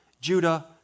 Judah